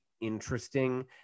interesting